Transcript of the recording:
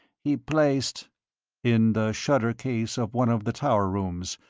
he placed in the shutter-case of one of the tower rooms,